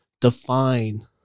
define